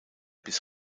bis